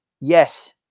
Yes